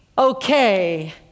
Okay